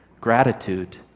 gratitude